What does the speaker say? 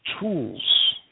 tools